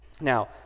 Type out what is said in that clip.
Now